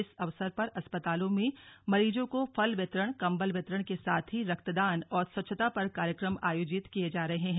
इस अवसर पर अस्पतालों मे मरीजों को फल वितरण कम्बल वितरण के साथ ही रक्तदान व स्वच्छता पर कार्यक्रम आयोजित किये जा रहे हैं